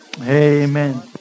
amen